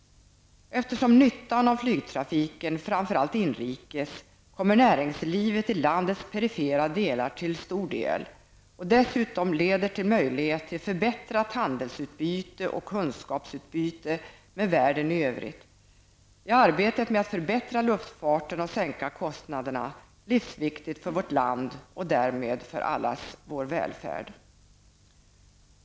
Eftersom nyttan av flygtrafiken, framför allt inrikestrafiken, i hög grad kommer näringslivet även i landets perifera delar till del, och dessutom leder till ett bättre handels och kunskapsutbyte med världen i övrigt, så är arbetet med att förbättra luftfarten och sänka kostnaderna livsviktigt för vårt land och därmed för allas vår välfärd.